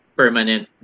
permanent